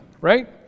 right